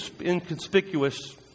inconspicuous